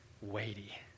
weighty